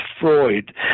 Freud